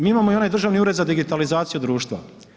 Mi imamo i onaj Državni ured za digitalizaciju društva.